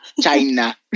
China